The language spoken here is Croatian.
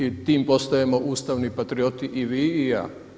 I time postajemo ustavni patrioti i vi i ja.